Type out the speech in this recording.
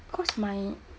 cause my